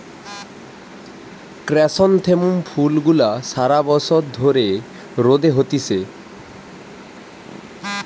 chrysanthemum ফুল গুলা সারা বছর ধরে রোদে হতিছে